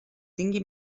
tingui